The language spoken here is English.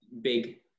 big